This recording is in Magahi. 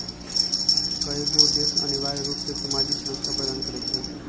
कयगो देश अनिवार्ज रूप से सामाजिक सुरक्षा प्रदान करई छै